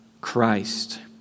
Christ